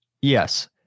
yes